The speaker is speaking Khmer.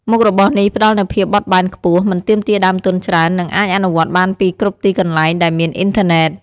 មុខរបរនេះផ្ដល់នូវភាពបត់បែនខ្ពស់ មិនទាមទារដើមទុនច្រើន និងអាចអនុវត្តបានពីគ្រប់ទីកន្លែងដែលមានអ៊ីនធឺណេត។